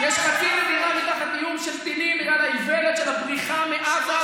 חצי מדינה תחת איום של טילים בגלל האיוולת של הבריחה מעזה,